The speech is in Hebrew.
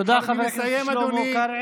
תודה, חבר הכנסת שלמה קרעי.